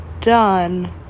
done